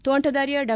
ತೋಂಟದಾರ್ಯ ಡಾ